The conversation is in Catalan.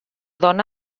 dóna